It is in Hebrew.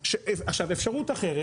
ש אפשרות אחרת,